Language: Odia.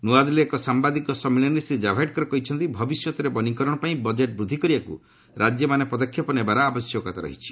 ନ୍ତଆଦିଲ୍ଲୀରେ ଏକ ସାମ୍ଭାଦିକ ସମ୍ମିଳନୀରେ ଶ୍ରୀ ଜାଭ୍ଡେକର କହିଛନ୍ତି ଭବିଷ୍ୟତରେ ବନୀକରଣ ପାଇଁ ବଜେଟ୍ ବୃଦ୍ଧି କରିବାକୁ ରାଜ୍ୟମାନେ ପଦକ୍ଷେପ ନେବାର ଆବଶ୍ୟକତା ରହିଛି